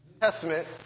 Testament